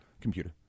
computer